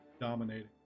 dominating